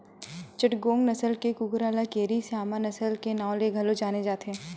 चिटगोंग नसल के कुकरा ल केरी स्यामा नसल के नांव ले घलो जाने जाथे